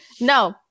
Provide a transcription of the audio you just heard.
No